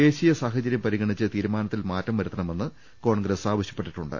ദേശീയ സാഹചര്യം പരി ഗണിച്ച് തീരുമാനത്തിൽ മാറ്റം വരുത്തണമെന്ന് കോൺഗ്രസ് ആവ ശ്യപ്പെട്ടിട്ടുണ്ട്